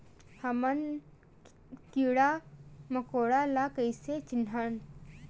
हमन कीरा मकोरा ला कइसे चिन्हन?